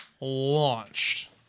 launched